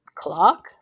Clock